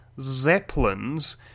zeppelins